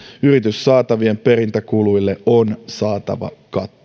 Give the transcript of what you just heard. yrityssaatavien perintäkuluille on saatava katto